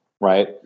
right